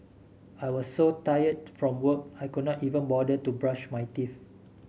I was so tired from work I could not even bother to brush my teeth